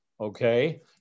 okay